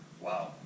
Wow